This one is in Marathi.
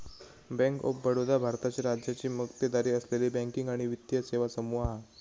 बँक ऑफ बडोदा भारताची राज्याची मक्तेदारी असलेली बँकिंग आणि वित्तीय सेवा समूह हा